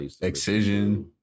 Excision